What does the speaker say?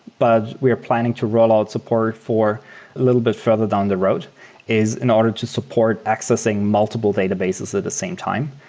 but we are planning to roll out support for a little bit further down the road is in order to support accessing multiple databases at the same time.